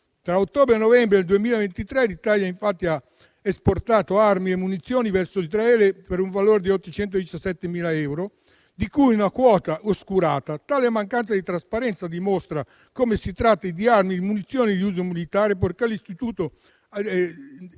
tra ottobre e novembre 2023 l'Italia avrebbe infatti esportato "armi e munizioni" verso Israele per un valore di 817.536 euro, di cui una quota oscurata: tale mancanza di trasparenza dimostra come si tratti di armi e munizioni ad uso militare, poiché l'istituto,